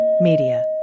Media